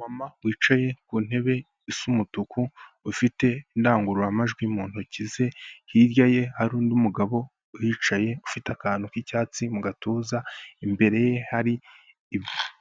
Mama wicaye ku ntebe isa umutuku ufite indangururamajwi mu ntoki ze, hirya ye hari undi mugabo uhicaye ufite akantu k'icyatsi mu gatuza, imbere ye hari